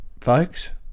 folks